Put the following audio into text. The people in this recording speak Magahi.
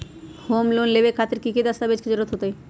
होम लोन लेबे खातिर की की दस्तावेज के जरूरत होतई?